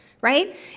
right